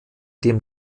dem